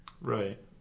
Right